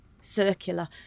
circular